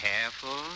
careful